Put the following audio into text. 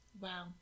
Wow